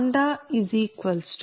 196 RsMWhrPg1188